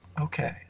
Okay